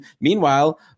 Meanwhile